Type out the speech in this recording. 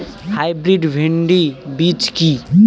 Hybrid ভীন্ডি বীজ কি?